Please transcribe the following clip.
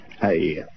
Hey